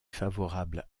favorable